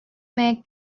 make